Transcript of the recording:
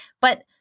but-